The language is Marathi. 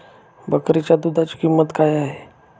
बकरीच्या दूधाची किंमत काय आहे?